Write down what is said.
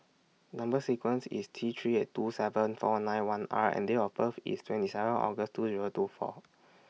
Number sequence IS T three eight two seven four nine one R and Date of birth IS twenty seven August two Zero two four